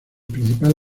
principal